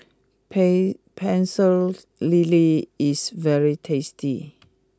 pay Pecel Lele is very tasty